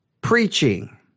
preaching